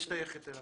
משתייכת אליהם.